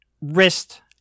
wrist